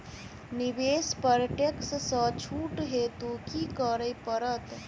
निवेश पर टैक्स सँ छुट हेतु की करै पड़त?